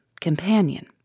companion